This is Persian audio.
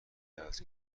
است